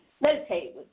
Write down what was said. meditate